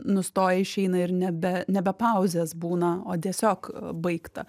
nustoja išeina ir nebe ne be pauzės būna o tiesiog baigta